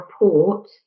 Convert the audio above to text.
report